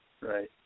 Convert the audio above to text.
Right